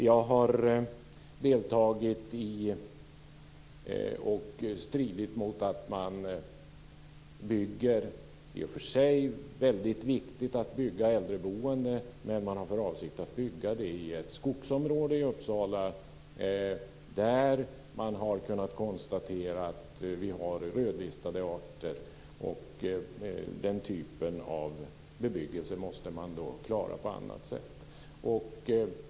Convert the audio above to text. Jag har stridit mot att man bygger i och för sig väldigt viktigt äldreboende. Man har för avsikt att bygga det i ett skogsområde i Uppsala, där vi har kunnat konstatera att vi har rödlistade arter. Den typen av bebyggelse måste man då klara på annat sätt.